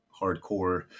hardcore